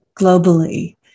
globally